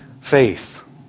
faith